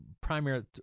primary –